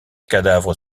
cadavre